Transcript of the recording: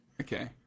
Okay